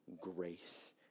grace